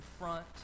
front